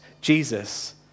Jesus